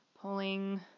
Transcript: pulling